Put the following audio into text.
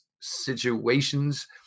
situations